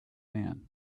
man